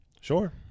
Sure